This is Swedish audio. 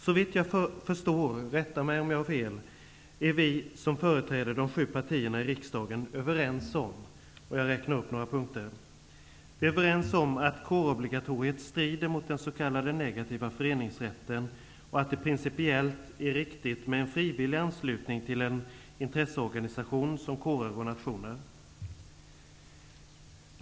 Såvitt jag förstår -- rätta mig om jag har fel -- är vi som företräder de sju partierna i riksdagen överens om --att kårobligatoriet strider mot den s.k. negativa föreningsrätten och att det är principiellt riktigt med en frivillig anslutning till de intresseorganisationer som kårer och nationer är.